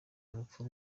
urupfu